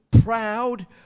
proud